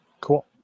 Cool